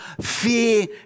fear